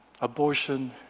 Abortion